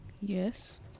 Yes